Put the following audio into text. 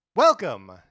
Welcome